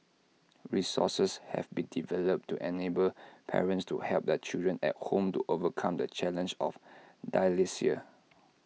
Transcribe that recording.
resources have been developed to enable parents to help their children at home to overcome the challenge of dyslexia